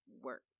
work